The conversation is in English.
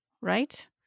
right